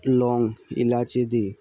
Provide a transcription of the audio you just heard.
লং ইলাচি দি